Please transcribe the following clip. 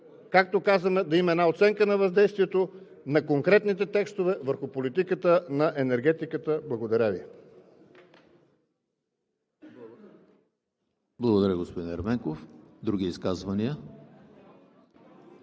както казваме, да има една оценка на въздействието на конкретните текстове върху политиката на енергетиката. Благодаря Ви. ПРЕДСЕДАТЕЛ ЕМИЛ ХРИСТОВ: Благодаря, господин Ерменков. Други изказвания?